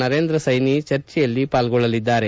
ನರೇಂದ್ರ ಸೈನಿ ಚರ್ಚೆಯಲ್ಲಿ ಪಾಲ್ಗೊಳ್ಳಲಿದ್ದಾರೆ